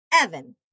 Evan